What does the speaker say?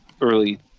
early